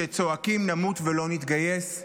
שצועקים: נמות ולא נתגייס,